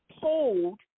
told